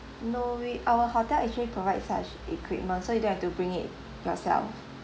no we our hotel actually provides such equipment so you don't have to bring it yourself